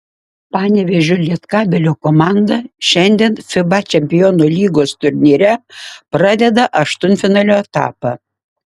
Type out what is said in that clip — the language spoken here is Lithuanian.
panevėžio lietkabelio komanda šiandien fiba čempionų lygos turnyre pradeda aštuntfinalio etapą